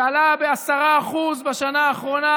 שעלה ב-10% בשנה האחרונה?